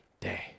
day